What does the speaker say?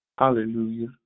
Hallelujah